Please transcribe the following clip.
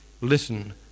listen